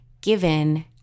given